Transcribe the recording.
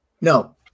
no